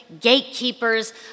gatekeepers